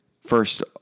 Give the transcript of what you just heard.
first